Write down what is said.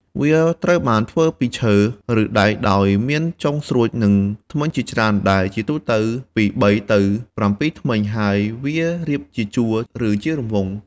វាត្រូវបានធ្វើពីឈើ ឬដែកដោយមានចុងស្រួចនិងធ្មេញជាច្រើន ដែលជាទូទៅពី ៣ ទៅ ៧ ធ្មេញ ហើយវារៀបជាជួរ ឬជារង្វង់។